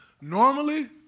Normally